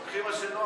לוקחים מה שנוח